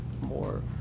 more